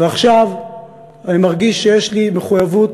ועכשיו אני מרגיש שיש לי מחויבות